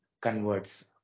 converts